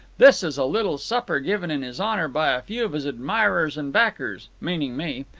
this is a little supper given in his honour by a few of his admirers and backers, meaning me.